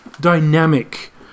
dynamic